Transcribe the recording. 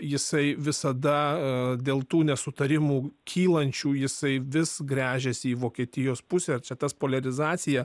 jisai visada dėl tų nesutarimų kylančių jisai vis gręžiasi į vokietijos pusę ir čia tas poliarizacija